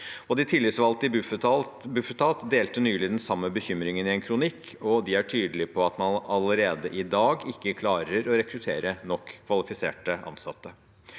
De tillitsvalgte i Bufetat delte nylig den samme bekymringen i en kronikk. De er tydelige på at man allerede i dag ikke klarer å rekruttere nok kvalifiserte ansatte.